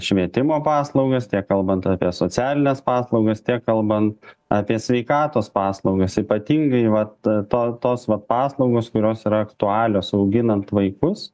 švietimo paslaugas tiek kalbant apie socialines paslaugas tiek kalbant apie sveikatos paslaugas ypatingai vat ta tos va paslaugos kurios yra aktualios auginant vaikus